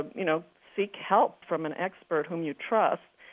and you know, seek help from an expert whom you trust.